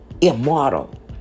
immortal